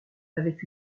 avec